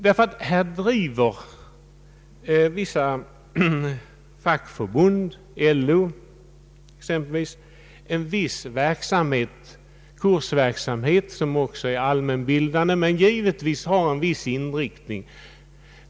Vissa fackliga organisationer, LO exempelvis, bedriver kursverksamhet med allmänbildande men givetvis också speciell inriktning.